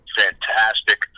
fantastic